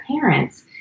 parents